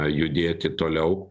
judėti toliau